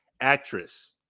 actress